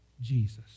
Jesus